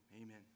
amen